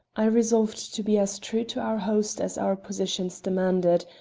i resolved to be as true to our host as our positions demanded,